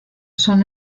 son